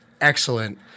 excellent –